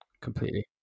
completely